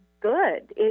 good